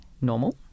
normal